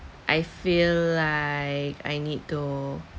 I feel like I need to